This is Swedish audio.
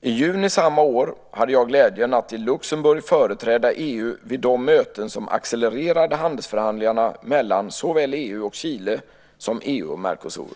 I juni samma år hade jag glädjen att i Luxemburg företräda EU vid de möten som accelererade handelsförhandlingarna mellan såväl EU och Chile som EU och Mercosur.